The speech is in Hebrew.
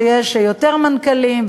שיש יותר מנכ"לים,